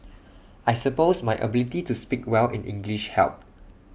I suppose my ability to speak well in English helped